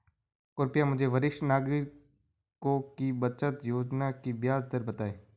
कृपया मुझे वरिष्ठ नागरिकों की बचत योजना की ब्याज दर बताएं